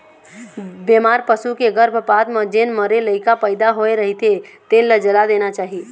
बेमार पसू के गरभपात म जेन मरे लइका पइदा होए रहिथे तेन ल जला देना चाही